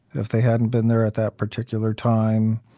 if they hadn't been there at that particular time,